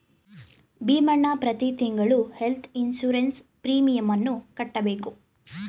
ಭೀಮಣ್ಣ ಪ್ರತಿ ತಿಂಗಳು health insurance ಪ್ರೀಮಿಯಮನ್ನು ಕಟ್ಟಬೇಕು